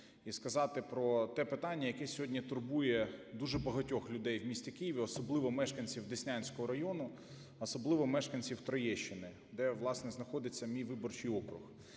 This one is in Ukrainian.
і сказати про те питання, яке сьогодні турбує дуже багатьох людей в місті Києві, особливо мешканців Деснянського району, особливо мешканців Троєщини, де, власне, знаходиться мій виборчий округ,